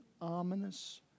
ominous